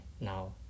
now